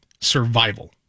survival